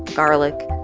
garlic,